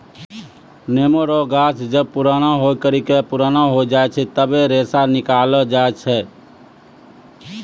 नेमो रो गाछ जब पुराणा होय करि के पुराना हो जाय छै तबै रेशा निकालो जाय छै